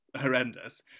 horrendous